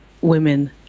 women